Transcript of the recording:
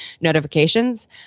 notifications